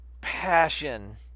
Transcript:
passion